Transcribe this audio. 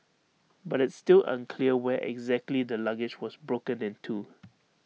but it's still unclear where exactly the luggage was broken into